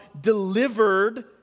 delivered